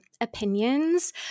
opinions